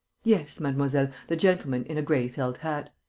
yes, mademoiselle, the gentleman in a gray felt hat.